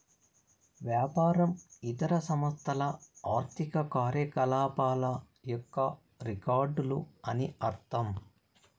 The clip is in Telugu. వ్యాపారం ఇతర సంస్థల ఆర్థిక కార్యకలాపాల యొక్క రికార్డులు అని అర్థం